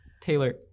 Taylor